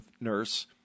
nurse